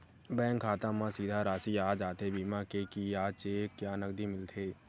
Bank खाता मा सीधा राशि आ जाथे बीमा के कि चेक या नकदी मिलथे?